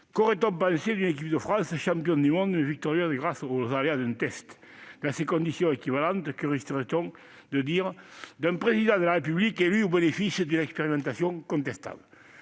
Qu'aurait-on pensé d'une équipe de France championne du monde, mais victorieuse grâce aux aléas d'un test ? Dans des conditions équivalentes, que risquerait-on de dire d'un Président de la République élu au bénéfice d'une expérimentation contestable ?